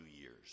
Year's